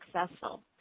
successful